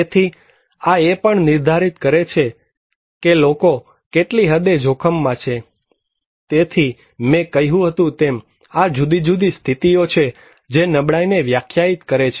તેથી આ એ પણ નિર્ધારિત કરે છે કે લોકો કેટલી હદે જોખમમાં છે તેથી મેં કહ્યું હતું તેમ આ જુદી જુદી સ્થિતિઓ છે જે નબળાઈને વ્યાખ્યાયિત કરે છે